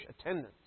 attendance